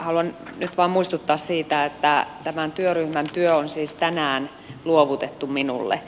haluan nyt vain muistuttaa siitä että tämän työryhmän työ on siis tänään luovutettu minulle